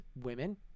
women